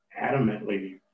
adamantly